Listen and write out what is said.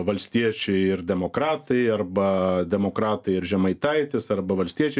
valstiečiai ir demokratai arba demokratai ir žemaitaitis arba valstiečiai